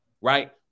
Right